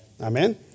Amen